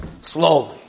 Slowly